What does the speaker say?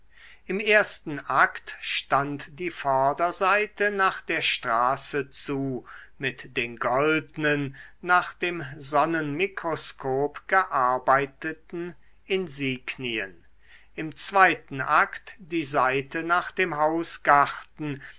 im ersten akt stand die vorderseite nach der straße zu mit den goldnen nach dem sonnenmikroskop gearbeiteten insignien im zweiten akt die seite nach dem